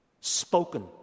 spoken